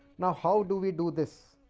now how do we do this?